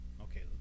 okay